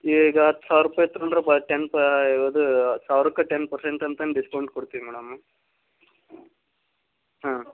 ಈಗ ಹತ್ತು ಸಾವಿರ ರೂಪಾಯಿ ತೊಗೊಂಡ್ರೆ ಪ ಟೆನ್ ಪಾ ಇದು ಸಾವಿರಕ್ಕೆ ಟೆನ್ ಪರ್ಸೆಂಟ್ ಅಂತಂದು ಡಿಸ್ಕೌಂಟ್ ಕೊಡ್ತೀವಿ ಮೇಡಮ್ಮು ಹಾಂ